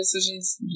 decisions